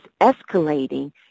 escalating